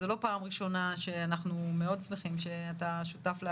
זו לא פעם ראשונה ואנחנו שמחים שאתה שותף.